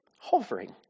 hovering